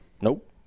Nope